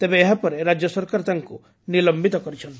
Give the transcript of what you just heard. ତେବେ ଏହାପରେ ରାଜ୍ୟ ସରକାର ତାଙ୍କୁ ନିଲମ୍ୱିତ କରିଛନ୍ତି